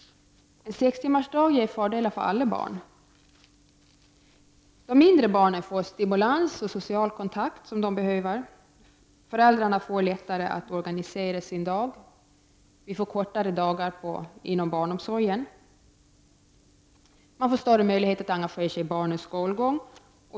Sextimmarsdagen ger fördelar för alla barn. De mindre barnen får stimulans och social kontakt som de behöver, föräldrarna får lättare att organisera sin dag och det blir kortare dagar inom barnomsorgen. Det blir större möjligheter att engagera sig i barnets skolgång.